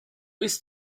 ist